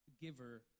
giver